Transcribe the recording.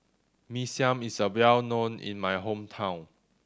Mee Siam is a well known in my hometown